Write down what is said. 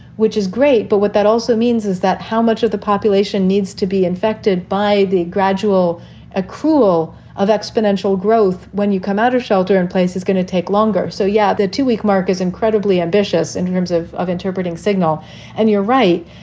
which is great. but what that also means is that how much of the population needs to be infected by the gradual accrual of exponential growth. when you come out of shelter in place, it's going to take longer. so, yeah, the two week mark is incredibly ambitious in terms of of interpreting signal. and you're right,